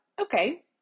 okay